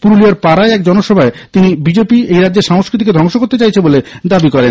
পুরুলিয়ার পাড়ায় এক জনসভায় তিনি বিজেপি এই রাজ্যের সংস্কৃতিকে ধ্বংস করতে চাইছে বলে দাবি করেন